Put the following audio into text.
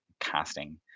Casting